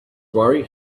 worry